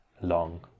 long